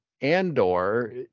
Andor